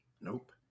Nope